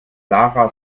lara